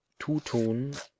tutun